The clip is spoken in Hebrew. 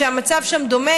שהמצב שם דומה,